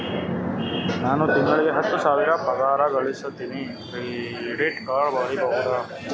ನಾನು ತಿಂಗಳಿಗೆ ಹತ್ತು ಸಾವಿರ ಪಗಾರ ಗಳಸತಿನಿ ಕ್ರೆಡಿಟ್ ಕಾರ್ಡ್ ಪಡಿಬಹುದಾ?